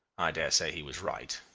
dare say he was right.